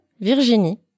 Virginie